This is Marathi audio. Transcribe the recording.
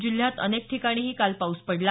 जिल्ह्यात अनेक ठिकाणीही काल पाऊस पडला